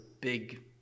big